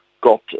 got